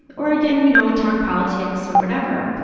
or again, you know, we'd talk politics or whatever.